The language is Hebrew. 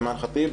אימאן ח'טיב,